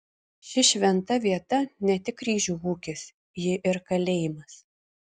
ši šventa vieta ne tik ryžių ūkis ji ir kalėjimas